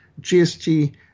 GST